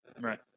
Right